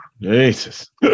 Jesus